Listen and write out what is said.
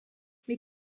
mes